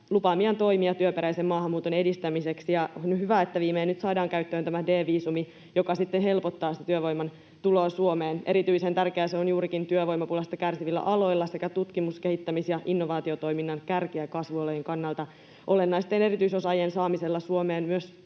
lupaamiaan toimia työperäisen maahanmuuton edistämiseksi, ja on hyvä, että nyt viimein saadaan käyttöön tämä D-viisumi, joka helpottaa työvoiman tuloa Suomeen. Erityisen tärkeää se on juurikin työvoimapulasta kärsivillä aloilla sekä tutkimus-, kehittämis- ja innovaatiotoiminnan kärki- ja kasvualojen kannalta. Olennaisten erityisosaajien saamisella Suomeen myös